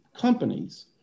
companies